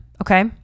okay